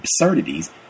absurdities